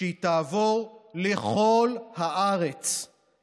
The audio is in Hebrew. ואתה ראית את המצוקה,